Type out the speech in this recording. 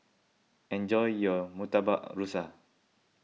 enjoy your Murtabak Rusa